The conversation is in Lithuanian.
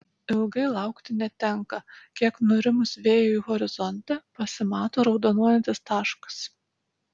ilgai laukti netenka kiek nurimus vėjui horizonte pasimato raudonuojantis taškas